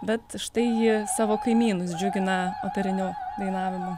bet štai ji savo kaimynus džiugina operiniu dainavimu